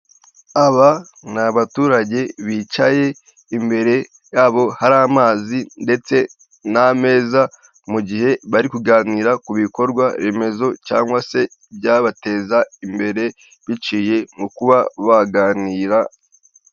Aba ni baturage bicaye imbere yabo hari amazi ndetse n'ameza mu gihe bari kuganira ku bikorwa remezo cyangwa se byabateza imbere biciye mu kuba baganira.